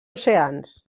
oceans